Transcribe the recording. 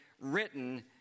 written